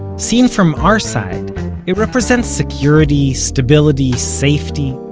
seen from our side it represents security, stability, safety.